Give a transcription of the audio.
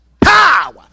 power